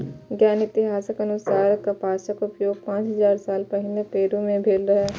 ज्ञात इतिहासक अनुसार कपासक उपयोग पांच हजार साल पहिने पेरु मे भेल रहै